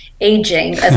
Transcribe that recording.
aging